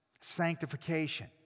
sanctification